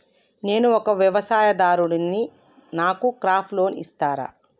నేను ఒక వ్యవసాయదారుడిని నాకు క్రాప్ లోన్ ఇస్తారా?